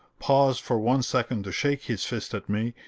paused for one second to shake his fist at me,